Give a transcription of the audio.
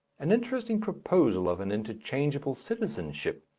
an interesting proposal of an interchangeable citizenship,